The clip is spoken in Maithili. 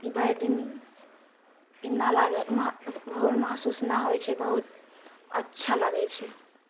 भरि दिन एना लाग बोर महसूस ने होइ छै बहुत अच्छा लागै छै